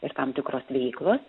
ir tam tikros veiklos